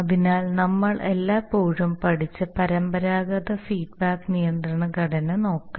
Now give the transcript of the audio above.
അതിനാൽ നമ്മൾ എല്ലായ്പ്പോഴും പഠിച്ച പരമ്പരാഗത ഫീഡ്ബാക്ക് നിയന്ത്രണ ഘടന നോക്കാം